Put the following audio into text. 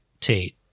Tate